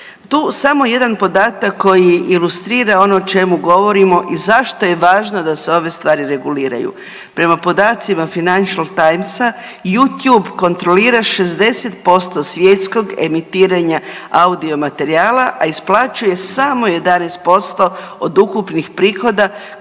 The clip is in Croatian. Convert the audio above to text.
Tu samo jedan podatak koji ilustrira ono o čemu govorimo i zašto je važno da se ove stvari reguliraju. Prema podacima Financial Timesa, Youtube kontrolira 60% svjetskog emitiranja audio materijala, a isplaćuje samo 11% od ukupnih prihoda